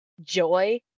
joy